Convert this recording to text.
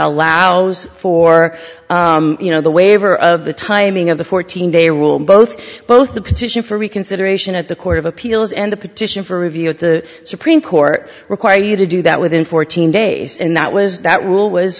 allows for you know the waiver of the timing of the fourteen day rule both both the petition for reconsideration at the court of appeals and the petition for review at the supreme court require you to do that within fourteen days and that was that rule was